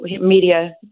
media